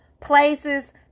places